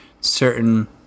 certain